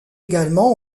également